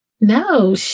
No